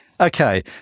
Okay